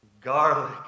garlic